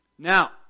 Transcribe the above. Now